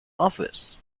office